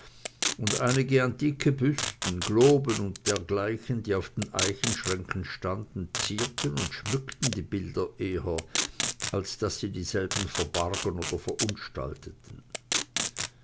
und einige antike büsten globen und dergleichen die auf den eichenschränken standen zierten und schmückten die bilder eher als daß sie dieselben verbargen oder verunstalteten